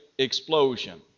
explosion